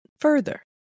further